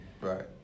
Right